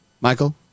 Michael